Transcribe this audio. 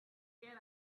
get